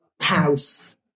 house